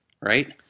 right